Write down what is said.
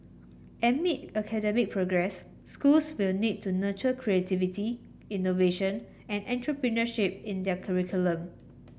amid academic progress schools will need to nurture creativity innovation and entrepreneurship in their curriculum